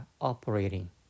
operating